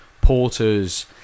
porters